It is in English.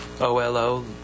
OLO